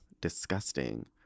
disgusting